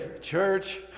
church